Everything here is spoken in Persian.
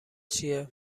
چیه